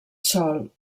sòl